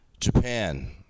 Japan